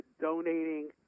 donating